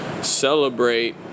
celebrate